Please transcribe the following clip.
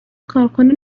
کارکنان